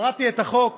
קראתי את החוק,